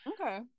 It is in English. Okay